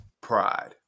pride